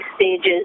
stages